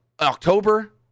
October